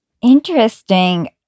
Interesting